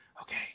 Okay